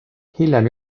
hiljem